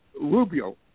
rubio